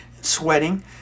sweating